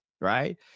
right